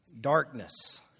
darkness